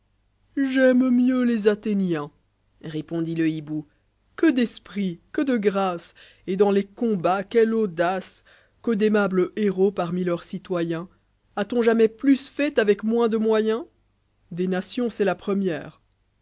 j'aime mieux les athéniens repondit le hibou que d'esprit que de grâce et dans les combats quelle audace que d'aimables héros parmi leurs citoyens a-t-on jamais plus fait avec moins de moyens des nations c'est la première